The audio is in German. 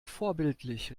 vorbildlich